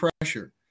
pressure